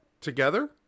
together